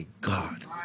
God